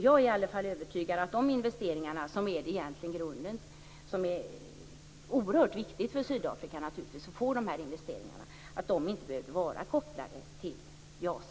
Jag är i alla fall övertygad om att de investeringarna, som ju är oerhört viktiga för Sydafrika, inte behöver vara kopplade till JAS.